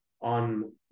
on